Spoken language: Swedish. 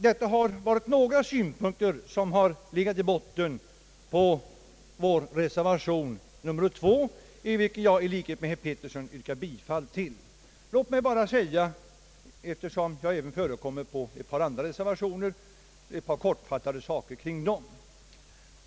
Detta är några synpunkter som har legat till grund för vår reservation nr 2, till vilken jag i likhet med herr Eric Gustaf Peterson yrkar bifall. Då jag även är med på ett par andra reservationer vill jag helt kort anföra ett par saker om dem.